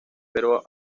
pero